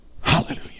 Hallelujah